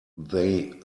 they